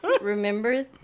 Remember